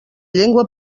llengua